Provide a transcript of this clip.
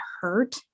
hurt